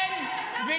איזה מחדל?